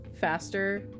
faster